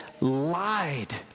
lied